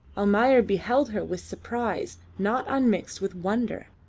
almayer beheld her with surprise not unmixed with wonder.